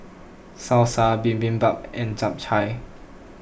Salsa Bibimbap and Japchae